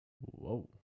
Whoa